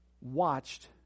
watched